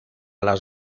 las